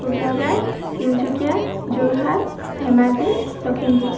Kokrajhar Tinsukia Jorhat Dhemaji Lakhimpur